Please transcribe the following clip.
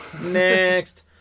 Next